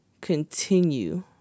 continue